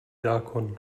zákon